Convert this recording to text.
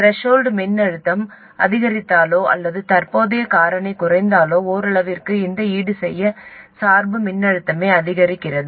threshold மின்னழுத்தம் அதிகரித்தாலோ அல்லது தற்போதைய காரணி குறைந்தாலோ ஓரளவிற்கு அதை ஈடுசெய்ய சார்பு மின்னழுத்தமே அதிகரிக்கிறது